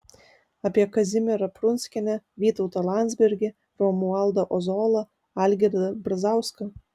apie kazimierą prunskienę vytautą landsbergį romualdą ozolą algirdą brazauską